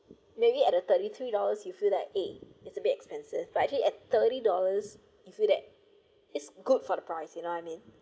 maybe at the thirty three dollars you feel like eh it's a bit expensive but actually at thirty dollars you feel that it's good for the price you know I mean